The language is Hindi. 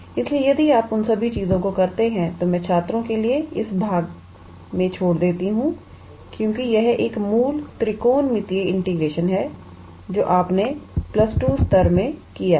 इसलिए यदि आप उन सभी चीजों को करते हैं तो मैं छात्रों के लिए इस भाग में छोड़ देती हूं क्योंकि यह एक मूल त्रिकोणमितीय इंटीग्रेशन है जो आपने अपने प्लस 2 स्तर में किया है